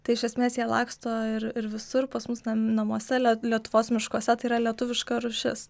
tai iš esmės jie laksto ir ir visur pas mus nam namuose le lietuvos miškuose tai yra lietuviška rūšis